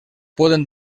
poden